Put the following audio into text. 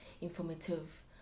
informative